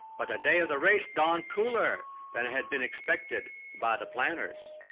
but the day of the race dawned cooler than it had been expected by the planners.